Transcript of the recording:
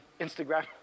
Instagram